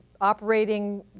operating